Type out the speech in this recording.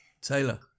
Taylor